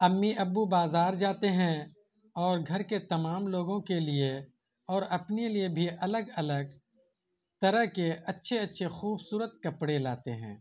امی ابو بازار جاتے ہیں اور گھر کے تمام لوگوں کے لیے اور اپنے لیے بھی الگ الگ طرح کے اچھے اچھے خوبصورت کپڑے لاتے ہیں